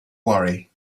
worry